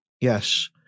Yes